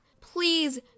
Please